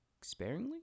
sparingly